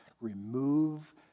remove